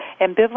ambivalent